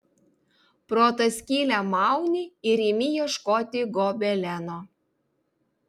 pro tą skylę mauni ir imi ieškoti gobeleno